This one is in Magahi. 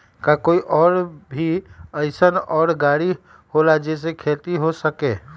का कोई और भी अइसन और गाड़ी होला जे से खेती हो सके?